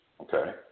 okay